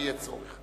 אם יהיה צורך.